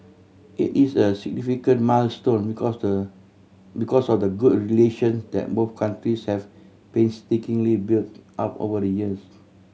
it is a significant milestone because the because of the good relation that both countries have painstakingly built up over the years